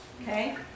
Okay